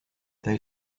they